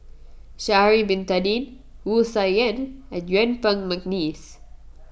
Sha'ari Bin Tadin Wu Tsai Yen and Yuen Peng McNeice